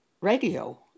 radio